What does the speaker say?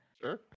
sure